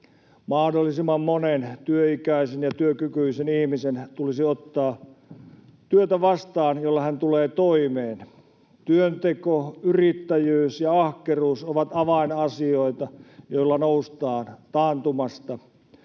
Mahdollisimman monen työikäisen ja työkykyisen ihmisen tulisi ottaa vastaan työtä, jolla hän tulee toimeen. Työnteko, yrittäjyys ja ahkeruus ovat avainasioita, joilla noustaan taantumasta.